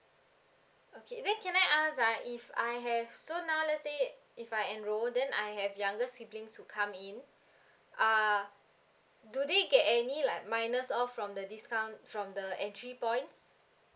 okay then can I ask ah if I have so now let's say if I enrolled then I have younger siblings who come in uh do they get any like minus off from the discount from the entry points